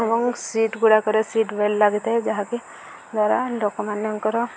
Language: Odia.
ଏବଂ ସିଟ୍ଗୁଡ଼ାକରେ ସିଟ୍ ବେଲ୍ଟ ଲାଗିଥାଏ ଯାହାକି ଦ୍ୱାରା ଲୋକମାନଙ୍କର